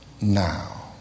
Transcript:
now